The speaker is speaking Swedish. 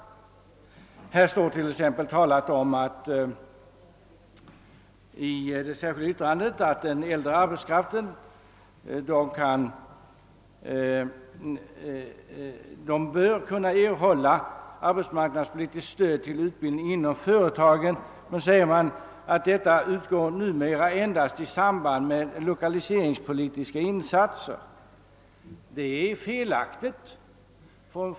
Där talas t.ex. om att denna bör kunna erhålla arbetsmarknadspolitiskt stöd till utbildning inom företagen, men, säger man, detta »utgår numera endast i samband med lokaliseringspolitiska insatser». Det är felaktigt.